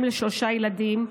אם לשלושה ילדים,